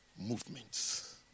movements